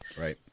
Right